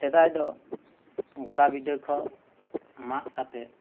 ᱥᱮᱫᱟᱭ ᱫᱚ ᱜᱚᱰᱟ ᱵᱤᱰᱟᱹ ᱠᱚ ᱢᱟᱜ ᱠᱟᱛᱮᱜ